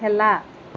খেলা